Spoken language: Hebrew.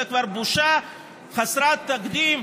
זה כבר בושה חסרת תקדים,